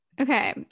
Okay